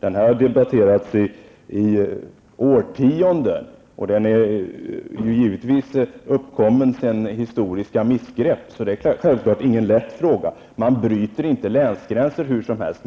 Den har debatterats sedan årtionden och har sitt ursprung i historiska missgrepp. Det är ingen lätt fråga: man bryter inte länsgränser hur som helst.